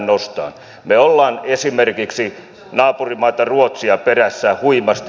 me olemme esimerkiksi naapurimaata ruotsia perässä huimasti